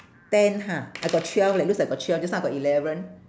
ten ha I got twelve leh looks like got twelve just now I got eleven